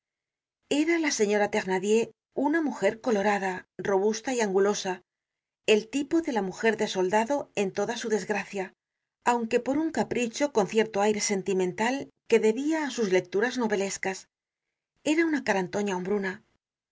era la señora thenardier una mujer colorada rohusta y angulosa el tipo de la mujer de soldado en toda su desgracia aunque por un capricho con cierto aire sentimental que debia á sus lecturas novelescas era una carantoña hombruna